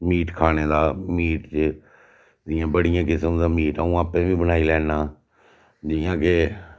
meat खाने दा meat च जियां बड़ियां किस्म दा मीट आ'ऊं आपें गै बनाई लैन्नां जियां के